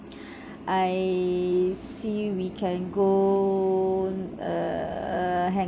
I see we can go err hang on